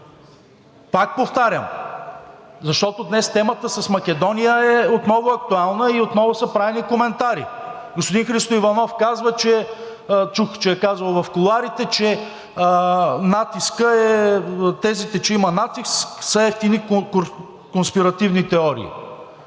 Пак повтарям, защото днес темата с Македония е отново актуална и отново са правени коментари. Господин Христо Иванов чух, че е казал в кулоарите, че тезите, че има натиск, са евтини конспиративни теории.